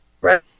Right